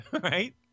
right